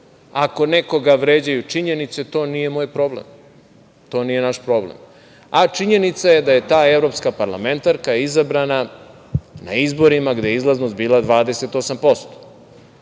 ako nekoga vređaju činjenice to nije moj problem, to nije naš problem, a činjenica je da je ta evropska parlamentarka izabrana na izborima gde je izlaznost bila 28%.